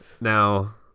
now